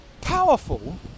powerful